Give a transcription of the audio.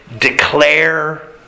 declare